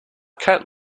cat